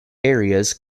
areas